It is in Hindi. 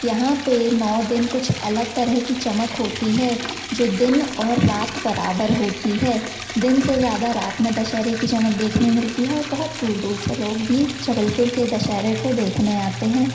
यहाँ पर नौ दिन कुछ अलग तरह की चमक होती है जो दिन और रात बराबर होती है दिन से ज़्यादा रात में दशहरे की चमक देखने मिलती है और बहुत दूर दूर से लोग भी जबलपुर के दशहरे को देखने आते हैं